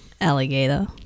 Alligator